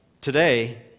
Today